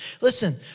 Listen